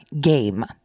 game